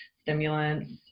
stimulants